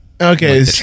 Okay